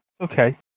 okay